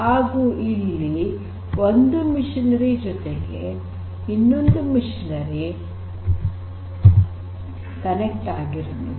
ಹಾಗು ಇಲ್ಲಿ ಒಂದು ಯಂತ್ರೋಪಕರಣಗಳ ಜೊತೆಗೆ ಮತ್ತೊಂದು ಯಂತ್ರೋಪಕರಣಗಳು ಕನೆಕ್ಟ್ ಆಗಿರುತ್ತದೆ